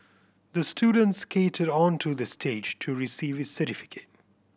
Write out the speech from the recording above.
the student skated onto the stage to receive his certificate